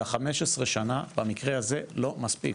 15 שנים, במקרה הזה, זה לא מספיק.